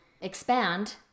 expand